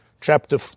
chapter